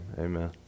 Amen